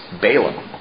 Balaam